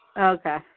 Okay